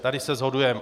Tady se shodujeme.